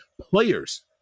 players